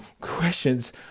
questions